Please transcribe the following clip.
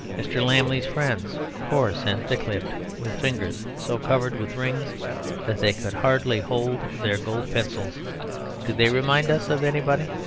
mr. lammle's friends, coarse and thick-lipped, with fingers so covered with rings that they could hardly hold their gold pencils do they remind us of anybody?